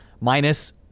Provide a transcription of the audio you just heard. Minus